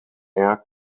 air